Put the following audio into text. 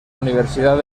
universidad